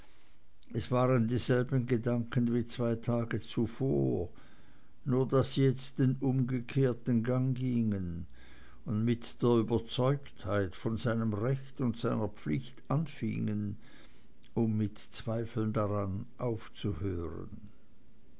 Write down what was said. es waren dieselben gedanken wie zwei tage zuvor nur daß sie jetzt den umgekehrten gang gingen und mit der überzeugtheit von seinem recht und seiner pflicht anfingen um mit zweifeln daran aufzuhören